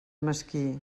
mesquí